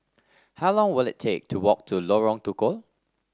how long will it take to walk to Lorong Tukol